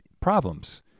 problems